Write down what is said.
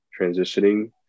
transitioning